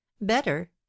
better